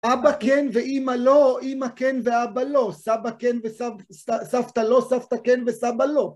אבא כן ואמא לא, אמא כן ואבא לא, סבא כן וסבתא לא, סבתא כן וסבא לא.